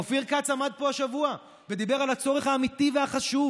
אופיר כץ עמד פה השבוע ודיבר על הצורך האמיתי והחשוב